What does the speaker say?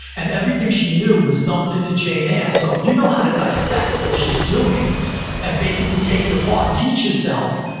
and everything she knew was dumped into jane eyre so if you know how to dissect what she's doing and basically take it apart and teach yourself,